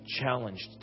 challenged